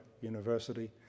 University